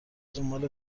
دنباله